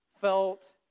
felt